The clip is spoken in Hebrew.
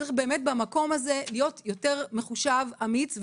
צריך באמת במקום הזה להיות יותר מחושב ואמיץ,